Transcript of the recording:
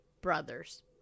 brothers